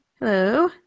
hello